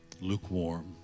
lukewarm